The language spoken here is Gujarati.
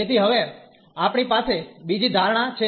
તેથી હવે આપણે પાસે બીજી ધારણા છે